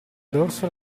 dorso